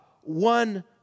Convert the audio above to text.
one